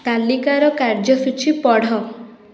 ତାଲିକାର କାର୍ଯ୍ୟସୂଚୀ ପଢ଼